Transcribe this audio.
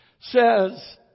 says